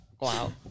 wow